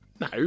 No